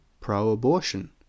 pro-abortion